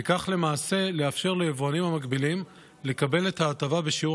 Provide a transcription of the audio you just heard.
וכך למעשה לאפשר ליבואנים המקבילים לקבל את ההטבה בשיעור